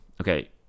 Okay